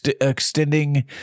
extending